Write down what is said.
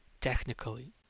Technically